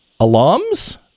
alums